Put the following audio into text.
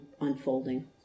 unfolding